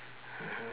mmhmm